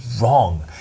wrong